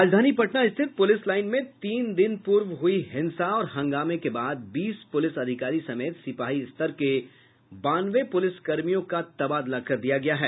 राजधानी पटना स्थित police line में तीन दिन पूर्व हुई हिंसा और हंगामे के बाद बीस पुलिस अधिकारी समेत सिपाही स्तर तक के बानवे पुलिसकर्मियों का तबादला कर दिया गया है